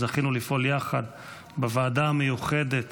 זכינו לפעול יחד בוועדה המיוחדת